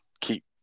keep